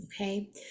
Okay